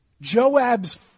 Joab's